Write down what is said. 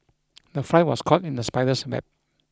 the fly was caught in the spider's web